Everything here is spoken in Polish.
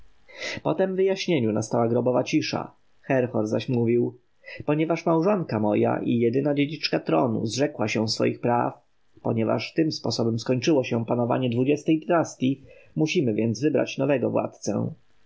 tem wyjaśnieniu nastała grobowa cisza herhor zaś mówił ponieważ małżonka moja i jedyna dziedziczka tronu zrzekła się swych praw ponieważ tym sposobem skończyło się panowanie xx-tej dynastji musimy więc wybrać nowego władcę władcą